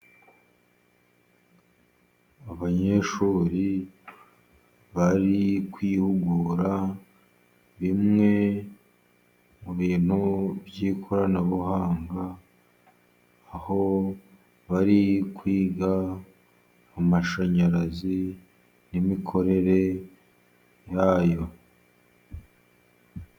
Abanyeshuri bari kwihugura, bimwe mu bintu by'ikoranabuhanga, aho bari kwiga amashanyarazi n'imikorere yayo.